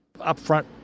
upfront